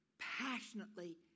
passionately